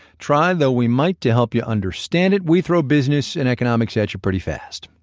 try though we might to help you understand it, we throw business and economics at you pretty fast.